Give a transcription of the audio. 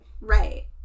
Right